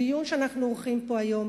הדיון שאנחנו עורכים פה היום